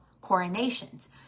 coronations